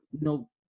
no